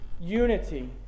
unity